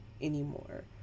anymore